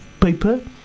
paper